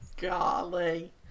Golly